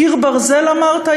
"קיר ברזל", אמרת?